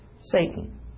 Satan